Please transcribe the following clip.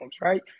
right